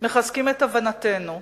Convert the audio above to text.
מחזקים את הבנתנו,